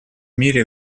мире